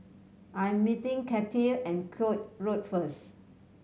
I am meeting Cathey and Koek Road first